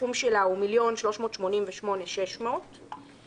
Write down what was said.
הסכום שלה הוא 1,388,600 ש"ח.